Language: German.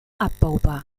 abbaubar